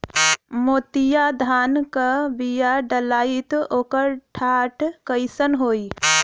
मोतिया धान क बिया डलाईत ओकर डाठ कइसन होइ?